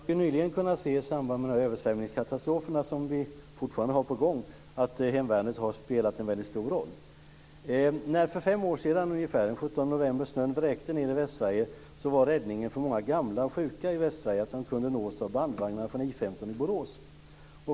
Fru talman! Vi har nyligen kunnat se i samband med översvämningskatastroferna, som fortfarande är på gång, att hemvärnet har spelat en stor roll. För ungefär fem år sedan, den 17 november, när snön vräkte ned i Västsverige, var räddningen för många gamla och sjuka i Västsverige att de kunde nås av bandvagnar från I 15 i Borås.